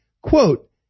quote